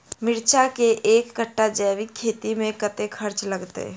मिर्चा केँ एक कट्ठा जैविक खेती मे कतेक खर्च लागत?